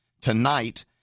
tonight